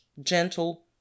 gentle